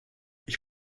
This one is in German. ich